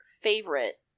favorite